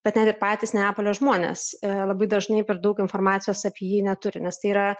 bet net ir patys neapolio žmonės labai dažnai per daug informacijos apie jį neturi nes tai yra